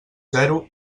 zero